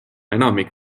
enamik